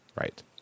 Right